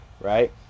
right